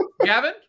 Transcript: gavin